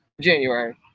January